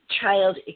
child